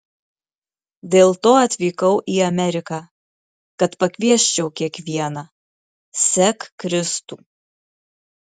dėl to atvykau į ameriką kad pakviesčiau kiekvieną sek kristų